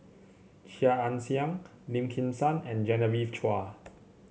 Chia Ann Siang Lim Kim San and Genevieve Chua